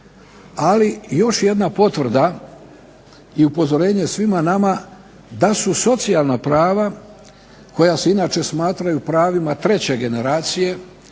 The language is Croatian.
Ali, još jedna potvrda i upozorenje svima nama da su socijalna prava koja se inače smatraju pravima treće generacije,